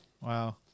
Wow